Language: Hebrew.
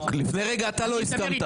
לפני רגע אתה לא הסכמת.